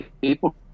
People